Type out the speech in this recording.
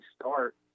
start